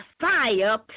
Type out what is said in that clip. fire